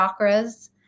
chakras